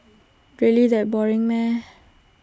really that boring